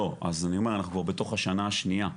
אנחנו כבר בתוך השנה השנייה.